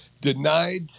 denied